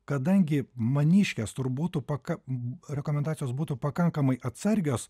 kadangi maniškės turbūt pakab rekomendacijos būtų pakankamai atsargios